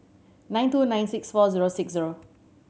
nine two nine six four zero six zero